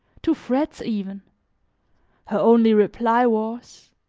to threats even her only reply was,